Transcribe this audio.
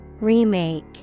Remake